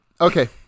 Okay